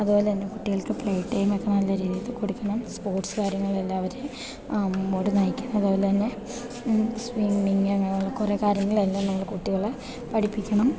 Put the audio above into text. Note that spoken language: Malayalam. അത്പോലെന്നെ കുട്ടികൾക്ക് പ്ലേ ടൈമൊക്കെ നല്ല രീതിയിൽ കൊട്ക്കണം സ്പോർട്സ് കാര്യങ്ങളെല്ലാവരേം മുമ്പോട്ട് നയിക്കണം അത്പോലന്നെ സ്വിമ്മിങ് അങ്ങനൊള്ള കൊറേ കാര്യങ്ങളെല്ലാം നമ്മള് കുട്ടികളെ പഠിപ്പിക്കണം